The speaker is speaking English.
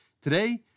Today